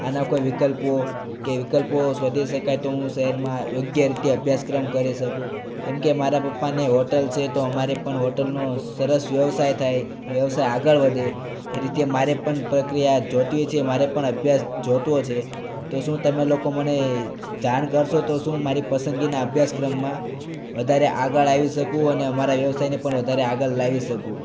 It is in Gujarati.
આના કોઈ વિકલ્પો કે વિકલ્પો શોધી શકાય તો હું શહેરમાં યોગ્ય રીતે અભ્યાસક્રમ કરી શકું કેમકે મારા પપ્પાની હોટલ છે તો અમારે પણ હોટલનો સરસ વ્યવસાય થાય વ્યવસાય આગળ વધે એ રીતે મારે પણ પ્રક્રિયા જોઈતી છે મારે પણ અભ્યાસ જોઈતો છે તો શું તમે લોકો મને જાણ કરશો તો શું મારી પસંદગીના અભ્યાસક્રમમાં વધારે આગળ આવી શકું અને મારા વ્યવસાયને પણ વધારે આગળ લાવી શકું